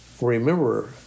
remember